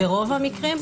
ברוב המקרים,